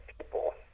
people